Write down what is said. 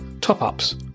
top-ups